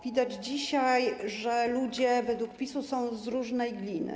Widać dzisiaj, że ludzie według PiS-u są z różnej gliny.